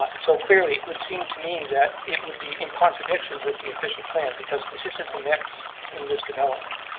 ah so clearly it would seem to me that it would be in contradiction with the official plan because this isn't a mix in this development,